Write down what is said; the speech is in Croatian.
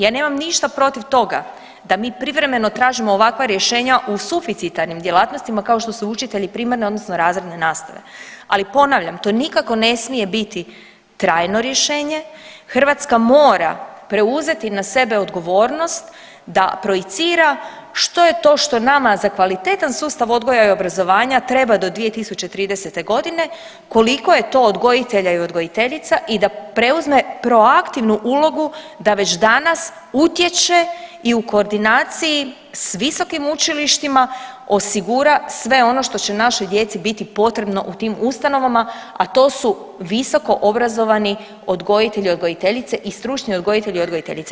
Ja nemam ništa protiv toga da mi privremeno tražimo ovakva rješenja u suficitarnim djelatnostima kao što su učitelji primarne odnosno razredne nastave, ali ponavljam to nikako ne smije biti trajno rješenje, Hrvatska mora preuzeti na sebe odgovornost da projicira što je to što nama za kvalitetan sustav odgoja i obrazovanja treba do 2030.g., koliko je to odgojitelja i odgojiteljica i da preuzme proaktivnu ulogu da već danas utječe i u koordinaciji s visokim učilištima osigura sve ono što će našoj djeci biti potrebno u tim ustanovama, a to su visokoobrazovani odgojitelji i odgojiteljice i stručni odgojitelji i odgojiteljice.